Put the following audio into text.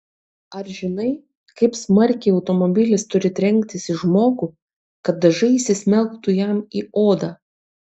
ar žinai kaip smarkiai automobilis turi trenktis į žmogų kad dažai įsismelktų jam į odą